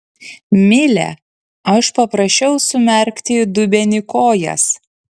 mile aš paprašiau sumerkti į dubenį kojas